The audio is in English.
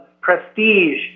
prestige